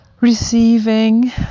receiving